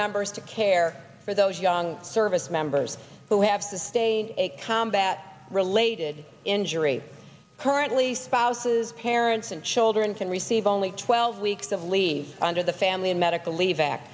members to care for those young service members who have to stay in a combat related injury currently spouses parents and children can receive only twelve weeks of leave under the family medical leave ac